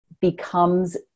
becomes